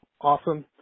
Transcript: Awesome